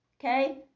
Okay